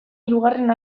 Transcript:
hirugarren